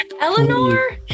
Eleanor